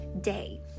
day